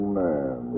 man